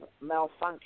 malfunction